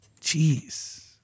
Jeez